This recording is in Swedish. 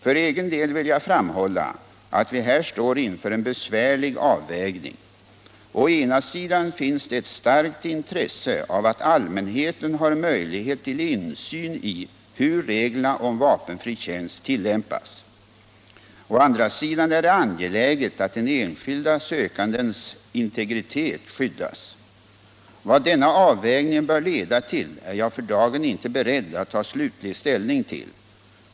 För egen del vill jag framhålla att vi här står inför en besvärlig avvägning. Å ena sidan finns det ett starkt intresse av att allmänheten har möjlighet till insyn i hur reglerna om vapenfri tjänst tillämpas. Å andra sidan är det angeläget att den enskilda sökandens integritet skyddas. Vad denna avvägning bör leda till är jag för dagen inte beredd att ta slutlig ställning till.